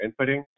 inputting